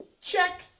Check